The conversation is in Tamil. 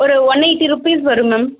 ஒரு ஒன் எயிட்டி ருப்பீஸ் வரும் மேம்